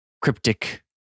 cryptic